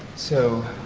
so,